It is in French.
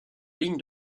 ligne